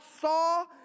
saw